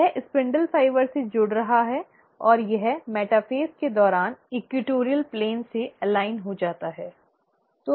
यह spindle fibre से जुड़ा रहा है और यह मेटाफ़ेज़ के दौरान इक्वेटोरियल प्लेन से एलाइन हो जाता है